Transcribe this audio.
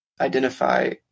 Identify